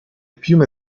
piume